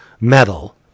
metal